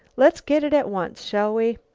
let's get it at once, shall we?